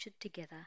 together